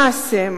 למעשה,